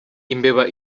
imbeba